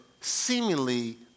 seemingly